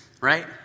right